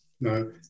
No